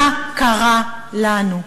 מה קרה לנו.